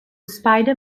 spider